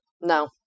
No